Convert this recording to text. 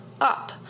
up